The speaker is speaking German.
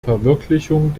verwirklichung